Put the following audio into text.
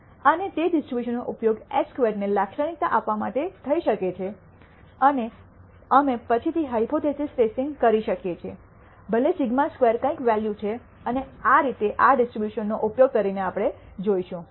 અને તે ડિસ્ટ્રિબ્યુશનનો ઉપયોગ એસ સ્ક્વેર્ડને લાક્ષણિકતા આપવા માટે થઈ શકે છે અને અમે પછીથી હાયપોથેસિસ ટેસ્ટિંગ કરી શકીએ છીએ ભલે σ2 કંઈક વૅલ્યુ છે અને આ રીતે આ ડિસ્ટ્રિબ્યુશનનો ઉપયોગ કરીને આપણે જોશું